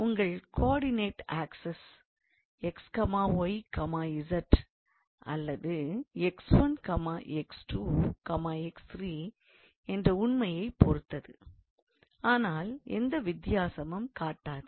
உங்கள் coordinate access xyz அல்லது என்ற உண்மையைப் பொருத்தது ஆனால் எந்த வித்தியாசமும் காட்டாது